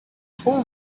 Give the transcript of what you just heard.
como